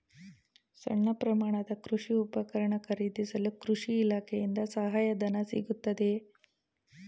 ಸಣ್ಣ ಪ್ರಮಾಣದ ಕೃಷಿ ಉಪಕರಣ ಖರೀದಿಸಲು ಕೃಷಿ ಇಲಾಖೆಯಿಂದ ಸಹಾಯಧನ ಸಿಗುತ್ತದೆಯೇ?